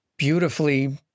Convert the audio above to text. beautifully